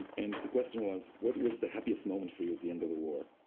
and the question was, what was the happiest moment for you at the end of the war?